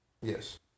Yes